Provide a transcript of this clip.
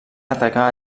atacar